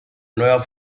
nueva